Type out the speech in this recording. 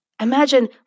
imagine